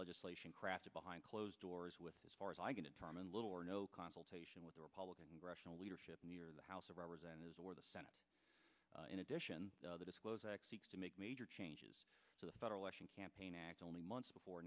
legislation crafted behind closed doors with as far as i can determine little or no consultation with the republican congressional leadership near the house of representatives or the senate in addition the disclose act seeks to make major changes to the federal election campaign act only months before